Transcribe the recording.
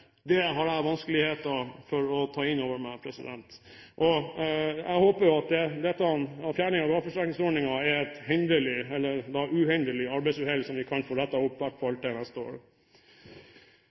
har jeg vanskeligheter med å ta inn over meg. Jeg håper fjerning av gaveforsterkningsordningen er et hendelig, eller u-hendelig, arbeidsuhell, som vi kan få rettet opp, i hvert fall til neste